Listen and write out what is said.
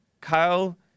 Kyle